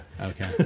Okay